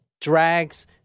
drags